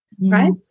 Right